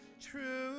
true